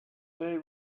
say